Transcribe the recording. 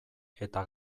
eta